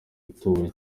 ituwe